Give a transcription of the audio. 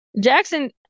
Jackson